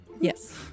Yes